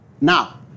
Now